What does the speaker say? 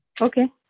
Okay